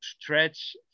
stretch